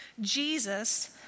Jesus